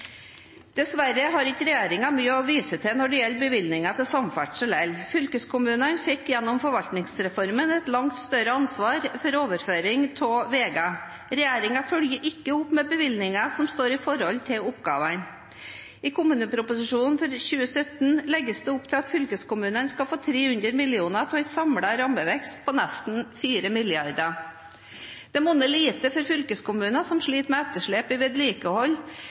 Dessverre har ikke regjeringen mye å vise til når det gjelder bevilgninger til samferdsel heller. Fylkeskommunene fikk gjennom forvaltningsreformen et langt større ansvar gjennom overføring av veier. Regjeringen følger ikke opp med bevilgninger som står i forhold til oppgavene. I kommuneproposisjonen for 2017 legges det opp til at fylkeskommunene skal få 300 mill. kr av en samlet rammevekst på nesten 4 mrd. kr. Det monner lite for fylkeskommuner som sliter med etterslep i vedlikehold.